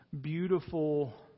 beautiful